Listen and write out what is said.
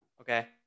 Okay